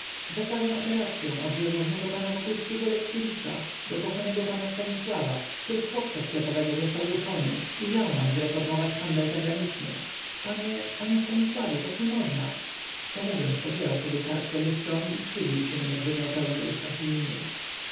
zakładam apelacyą od wielmożnego pana wokulskiego letkiewicza do kochanego pana stanisława który z chłopca sklepowego został uczonym i miał nam zreformować handel zagraniczny panie panie stanisławie tak niemożna to mówiąc pocierał sobie kark z obu stron i krzywił się jakby miał pełne usta chininy